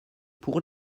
pour